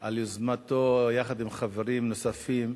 על יוזמתו, יחד עם חברים נוספים,